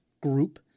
group